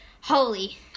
holy